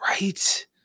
Right